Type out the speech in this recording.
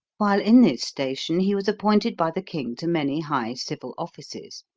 while in this station, he was appointed by the king to many high civil offices.